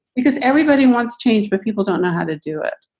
because everybody wants change, but people don't know how to do it.